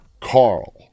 Carl